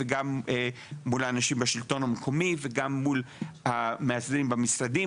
מול האנשים בשלטון המקומי וגם מול המאסדרים במשרדים.